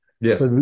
Yes